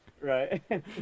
Right